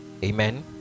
amen